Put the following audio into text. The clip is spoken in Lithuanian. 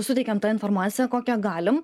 suteikiam tą informaciją kokią galim